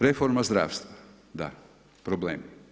Reforma zdravstva, da, problem.